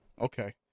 Okay